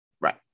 Right